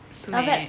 是 meh